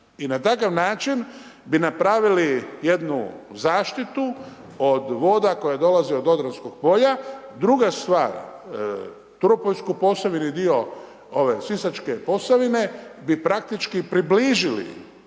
I na takav način bi napravili jednu zaštitu od voda koja dolazi od Odranskog Polja, druga stvar, turopoljsku Posavinu i dio ove sisačke Posavine, bi praktički približili